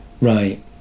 Right